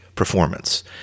Performance